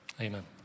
Amen